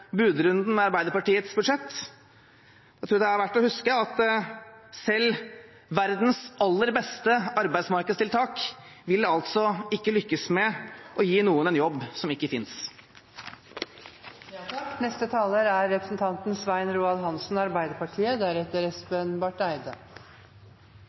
budrunden med Arbeiderpartiets budsjett. Da tror jeg det er verdt å huske at selv verdens aller beste arbeidsmarkedstiltak vil altså ikke lykkes med å gi noen en jobb som ikke